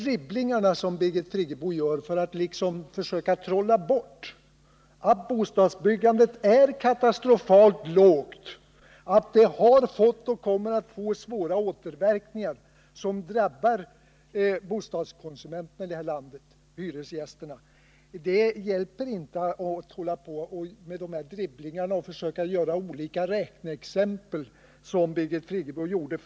Birgit Friggebo gjorde dribblingar för att liksom försöka trolla bort att bostadsbyggandet är katastrofalt lågt och att det har fått och kommer att få svåra återverkningar, som drabbar bostadskonsumenterna i detta land, hyresgästerna. Det hjälper inte att hålla på med sådana dribblingar och försöka ge olika ränkeexempel, vilket Birgit Friggebo gjorde.